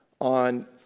on